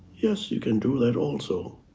yes, you can do that also.